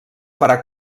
farà